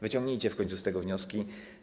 Wyciągnijcie w końcu z tego wnioski.